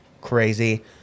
crazy